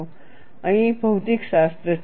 તે અહીં ભૌતિકશાસ્ત્ર છે